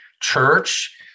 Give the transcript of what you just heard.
church